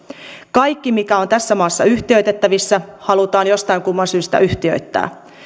kaikki mikä on tässä maassa yhtiöitettävissä halutaan jostain kumman syystä yhtiöittää